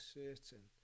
certain